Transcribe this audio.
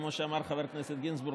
כמו שאמר חבר הכנסת גינזבורג,